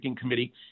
Committee